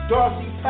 Darcy